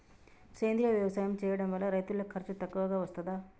సేంద్రీయ వ్యవసాయం చేయడం వల్ల రైతులకు ఖర్చు తక్కువగా వస్తదా?